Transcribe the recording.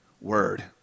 word